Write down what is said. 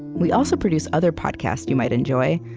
we also produce other podcasts you might enjoy,